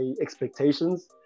expectations